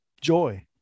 joy